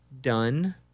done